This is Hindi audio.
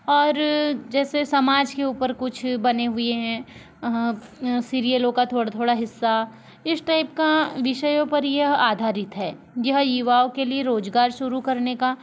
और जैसे समाज के ऊपर कुछ बने हुए हैं सीरियलों का थोड़ा थोड़ा हिस्सा इस टाइप का विषयों पर यह आधारित है यह युवाओं के लिए रोज़गार शुरु करने का